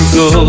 go